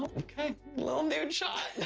okay, little nude shot.